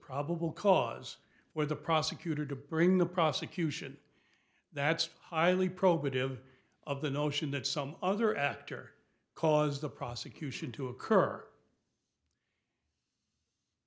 probable cause for the prosecutor to bring the prosecution that's highly probative of the notion that some other actor caused the prosecution to occur